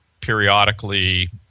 periodically